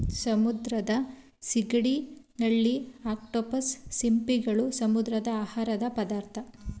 ಸಮುದ್ರದ ಸಿಗಡಿ, ನಳ್ಳಿ, ಅಕ್ಟೋಪಸ್, ಸಿಂಪಿಗಳು, ಸಮುದ್ರದ ಆಹಾರದ ಪದಾರ್ಥ